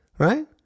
right